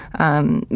um,